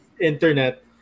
internet